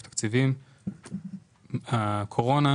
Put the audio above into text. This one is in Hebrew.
הקורונה,